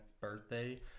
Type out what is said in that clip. birthday